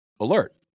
alert